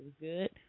good